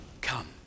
come